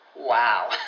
wow